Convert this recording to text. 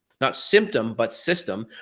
not symptom, but system.